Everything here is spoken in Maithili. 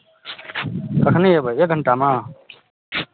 कखनि अयबै एक घण्टामे